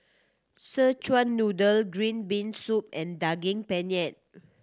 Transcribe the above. Szechuan Noodle green bean soup and Daging Penyet